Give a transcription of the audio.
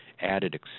added